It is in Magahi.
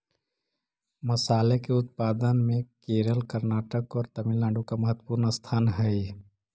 मसाले के उत्पादन में केरल कर्नाटक और तमिलनाडु का महत्वपूर्ण स्थान हई